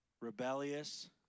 rebellious